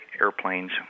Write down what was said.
airplanes